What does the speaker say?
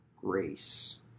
grace